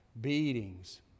beatings